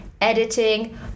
editing